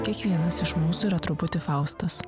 kiekvienas iš mūsų yra truputį faustas